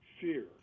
fear